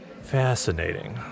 Fascinating